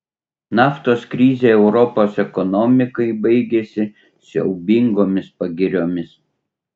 naftos krizė europos ekonomikai baigėsi siaubingomis pagiriomis